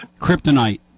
Kryptonite